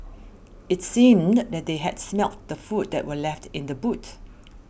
it seemed that they had smelt the food that were left in the boot